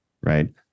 Right